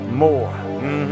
more